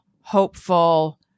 hopeful